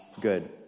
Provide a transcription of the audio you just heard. good